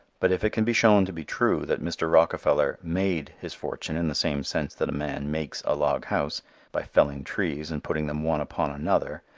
but if it can be shown to be true that mr. rockefeller made his fortune in the same sense that a man makes a log house by felling trees and putting them one upon another,